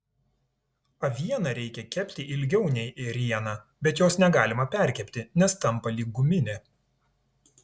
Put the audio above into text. avieną reikia kepti ilgiau nei ėrieną bet jos negalima perkepti nes tampa lyg guminė